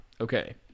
Okay